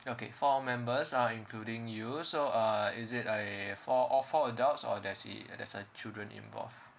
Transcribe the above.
okay four members are including you so uh is it uh four all four adults or there is there's a children involve